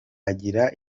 agira